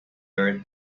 earth